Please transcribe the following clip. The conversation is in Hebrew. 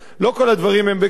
לא כל הדברים הם בכסף,